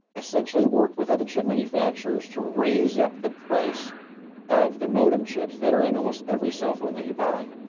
essentially worked with other and chip manufacturers to raise up the price of the modem chips that are in almost every cell phone that you buy.